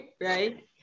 right